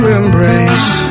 embrace